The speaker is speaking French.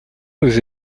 nous